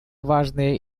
важный